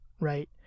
right